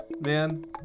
man